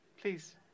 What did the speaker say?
please